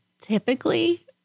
Typically